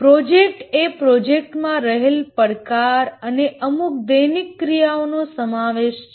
પ્રોજેક્ટએ પ્રોજેક્ટમાં રહેલ પડકાર અને અમુક દૈનિક ક્રિયાઓનો સમાવેશ છે